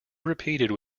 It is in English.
repeated